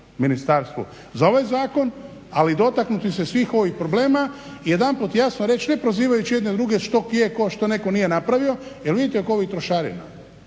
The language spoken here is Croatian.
za ovaj zakon, ali i dotaknuti se svih ovih problema i jedanput jasno reći ne prozivajući jedni druge što prije što netko nije napravio. Jer vidite oko ovih trošarina,